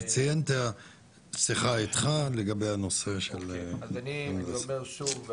הוא ציין את השיחה איתך לגבי הנושא של --- אז אני אומר שוב,